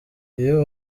iyo